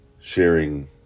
sharing